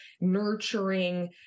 nurturing